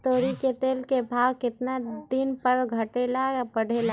तोरी के तेल के भाव केतना दिन पर घटे ला बढ़े ला?